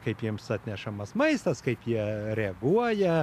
kaip jiems atnešamas maistas kaip jie reaguoja